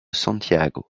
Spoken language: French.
santiago